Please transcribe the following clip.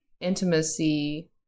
intimacy